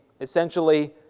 essentially